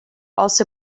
also